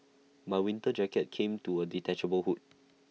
my winter jacket came to A detachable hood